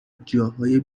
جاهای